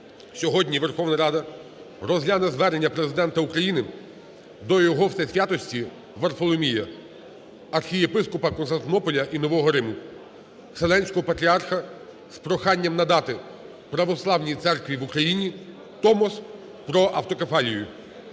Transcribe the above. Сьогодні Верховна Рада розгляне звернення Президента України до Його Всесвятості Варфоломія, Архієпископа Константинополя і Нового Риму, Вселенського Патріарха з проханням надати Православній Церкві в Україні Томос про автокефалію.